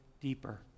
deeper